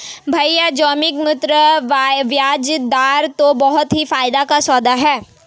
भैया जोखिम मुक्त बयाज दर तो बहुत ही फायदे का सौदा है